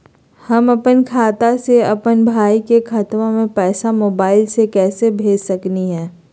हम अपन खाता से अपन भाई के खतवा में पैसा मोबाईल से कैसे भेज सकली हई?